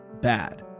bad